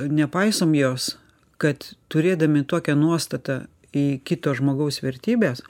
nepaisom jos kad turėdami tokią nuostatą į kito žmogaus vertybes